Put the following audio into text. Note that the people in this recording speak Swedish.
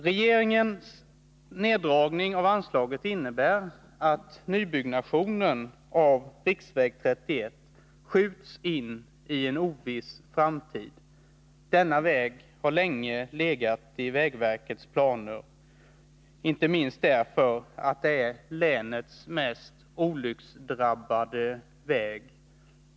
Regeringens neddragning av anslaget innebär att nybyggnaden av riksväg 31 i Jönköpings län skjuts på en oviss framtid. Denna väg har länge legat i vägverkets planer, inte minst därför att det är länets mest olycksdrabbade väg.